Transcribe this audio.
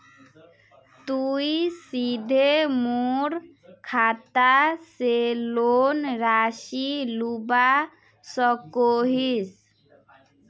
तुई सीधे मोर खाता से लोन राशि लुबा सकोहिस?